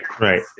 right